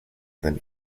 than